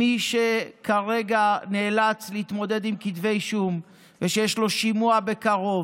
מי שכרגע נאלץ להתמודד עם כתבי אישום ושיש לו שימוע בקרוב,